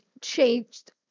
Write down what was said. changed